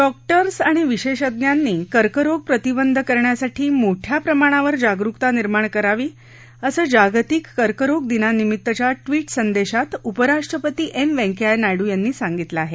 doctors आणि विशेषज्ञांनी कर्करोग प्रतिबंध करण्यासाठी मोठ्या प्रमाणावर जागरुकता निर्माण करावी असं जागतिक कर्करोग दिनानिमित्तच्या ट्विट संदेशात उपराष्ट्रपती एम व्यंकय्या नायङ् यांनी सांगितलं आहे